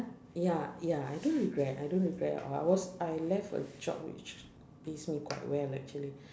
ya ya I don't regret I don't regret at all I was I left a job which pays me quite well actually